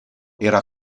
era